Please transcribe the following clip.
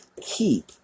keep